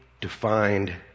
defined